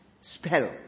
spell